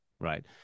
right